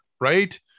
right